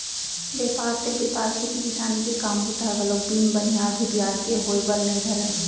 बेपार ते बेपार खेती किसानी के काम बूता ह घलोक बिन बनिहार भूथियार के होय बर नइ धरय